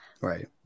right